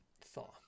Thaw